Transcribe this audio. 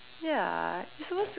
ya it's supposed to